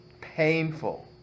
Painful